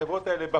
החברות האלה,